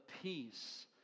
peace